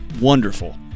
Wonderful